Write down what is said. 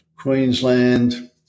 Queensland